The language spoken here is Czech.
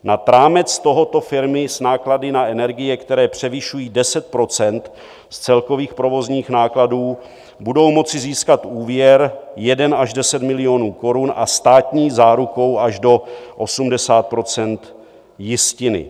Nad rámec tohoto firmy s náklady na energie, které převyšují 10 % z celkových provozních nákladů, budou moci získat úvěr 1 až 10 milionů korun a státní záruku až do 80 % jistiny.